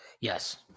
Yes